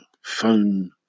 phone